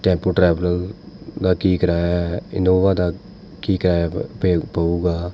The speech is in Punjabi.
ਟੈਪੂ ਟਰੈਵਲਰ ਦਾ ਕੀ ਕਿਰਾਇਆ ਹੈ ਇਨੋਵਾ ਦਾ ਕੀ ਕਿਰਾਇਆ ਪਵੇਗਾ